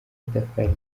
itafari